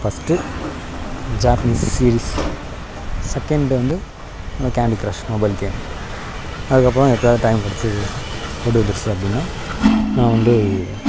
first Japanese series second வந்து அந்த candy crush mobile game அதுக்கப்பறம் எப்போயாவது டைம் கிடச்சி வீடு வந்துருச்சு அப்படினா நான் வந்து